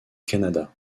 canada